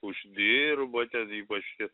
uždirba ten ypač tie